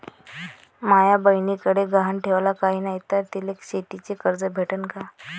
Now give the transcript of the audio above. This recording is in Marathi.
माया बयनीकडे गहान ठेवाला काय नाही तर तिले शेतीच कर्ज भेटन का?